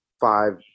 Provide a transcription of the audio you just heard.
five